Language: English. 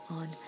on